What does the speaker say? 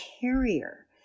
carrier